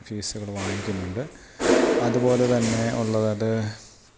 ഫീസ്സ്കള് വാങ്ങിക്ക്ന്നൊണ്ട് അത്പോലെ തന്നെ ഒള്ളതത്